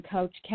Coach